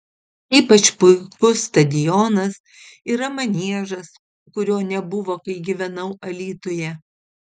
ypač puikus stadionas yra maniežas kurio nebuvo kai gyvenau alytuje